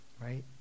right